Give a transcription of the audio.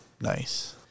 nice